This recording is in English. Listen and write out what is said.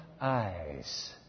eyes